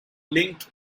linked